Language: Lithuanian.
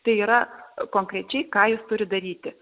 tai yra konkrečiai ką jis turi daryti